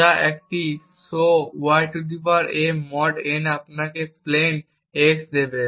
যা একটি ya mod n আপনাকে প্লেইন টেক্সট x দেবে